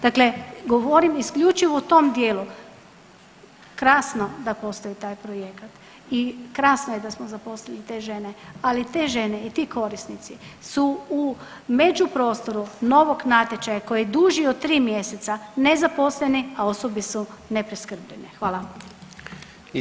Dakle govorim isključivo u tom dijelu, krasno da postoji taj projekat i krasno je da smo zaposlili te žene, ali te žene i ti korisnici su u međuprostoru novog natječaja koji je duži od 3 mjeseca nezaposleni, a osobe su nepreskrbljene, hvala.